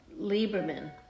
Lieberman